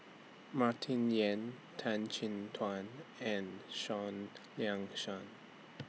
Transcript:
Martin Yan Tan Chin Tuan and Seah Liang Seah